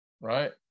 Right